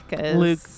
Luke